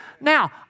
Now